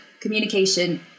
communication